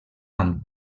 amb